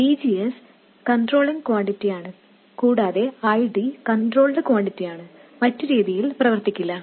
V G S controlling ക്വാണ്ടിറ്റിയാണ് കൂടാതെ I D controlled ക്വാണ്ടിറ്റിയാണ് മറ്റ് രീതി പ്രവർത്തിക്കില്ല